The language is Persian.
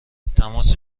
تماس